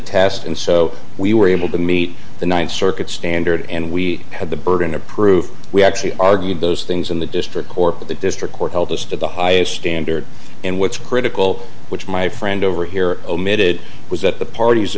test and so we were able to meet the th circuit standard and we had the burden of proof we actually argued those things in the district court but the district court held us to the highest standard and what's critical which my friend over here omitted was that the parties